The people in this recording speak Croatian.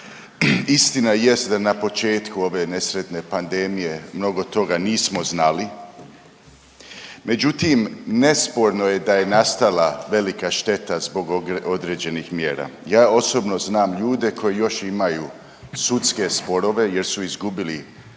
Istina jest da na početku ove nesretne pandemije mnogo toga nismo znali. Međutim, nesporno je da je nastala velika šteta zbog određenih mjera. Ja osobno znam ljude koji još imaju sudske sporove jer su izgubili